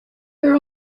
her